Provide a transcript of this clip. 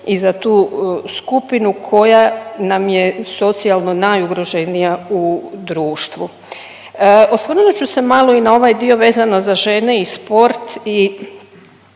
i za tu skupinu koja nam je socijalno najugroženija u društvu. Osvrnut ću se malo i na ovaj dio vezano za žene i sport